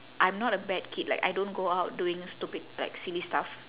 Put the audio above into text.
I'm not a bad kid like I don't go out doing stupid like silly stuff